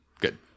good